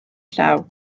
llaw